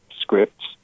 scripts